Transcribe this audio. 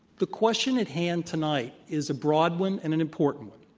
the question at hand tonight is a broad one and an important one.